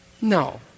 No